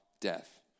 death